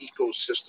ecosystem